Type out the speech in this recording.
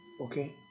Okay